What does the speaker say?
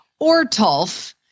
Ortolf